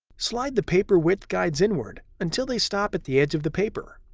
slide the paper width guides inward until they stop at the edge of the paper.